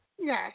Yes